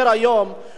שכל האנשים,